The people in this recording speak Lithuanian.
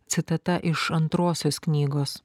citata iš antrosios knygos